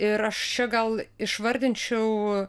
ir aš čia gal išvardinčiau